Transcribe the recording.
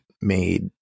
made